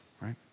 right